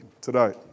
today